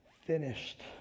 finished